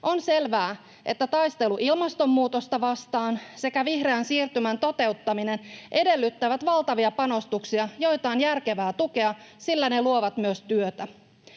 On selvää, että taistelu ilmastonmuutosta vastaan sekä vihreän siirtymän toteuttaminen edellyttävät valtavia panostuksia, joita on järkevää tukea, sillä ne luovat myös työtä.